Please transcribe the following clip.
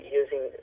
using